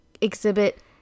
exhibit